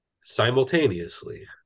simultaneously